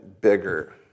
bigger